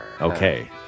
Okay